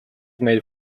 made